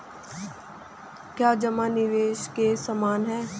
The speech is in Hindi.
क्या जमा निवेश के समान है?